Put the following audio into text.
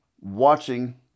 watching